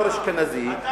בתור אשכנזי,